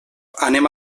anem